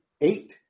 eight